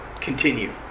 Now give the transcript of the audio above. continue